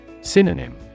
Synonym